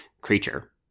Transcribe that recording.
creature